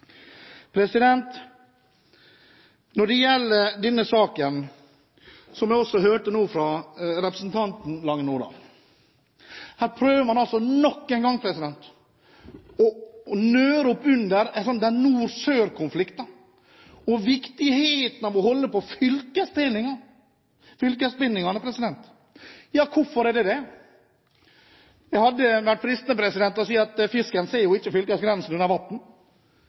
Når det gjelder denne saken, som jeg også hørte nå fra representanten Lange Nordahl, prøver man altså nok en gang å nøre opp under nord–sør-konflikten og viktigheten av å holde på fylkesdelingen, fylkesbindingene. Hvorfor det? Det hadde vært fristende å si at fisken ser jo ikke fylkesgrensen under